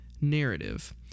narrative